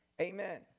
Amen